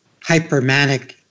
hypermanic